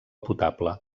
potable